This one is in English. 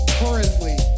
currently